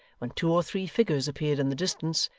when two or three figures appeared in the distance,